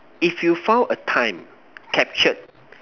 if you found a time captured